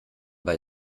bei